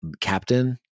Captain